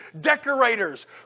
decorators